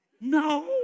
No